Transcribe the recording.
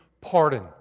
pardon